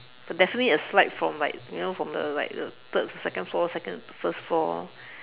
definitely a slide from like you know from the like the third to second floor second to first floor